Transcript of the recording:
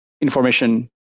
information